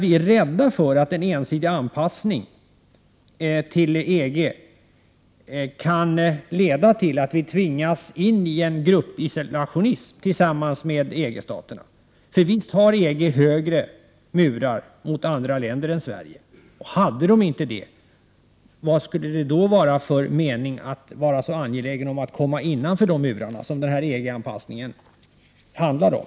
Vi är rädda för att en ensidig anpassning till EG kan leda till att vårt land tvingas ini en gruppisolationism tillsammans med EG-staterna. Visst har EG högre murar mot andra länder än vad Sverige har. Hade man inte det, varför skulle man då vara så angelägen om att komma innanför dessa murar, vilket Prot. 1988/89:108 denna EG-anpassning handlar om?